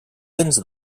dents